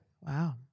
Wow